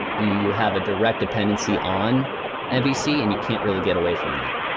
you you have a direct dependency on ah mvc and you can't really get away from that.